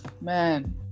Man